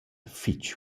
fich